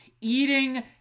eating